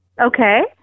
Okay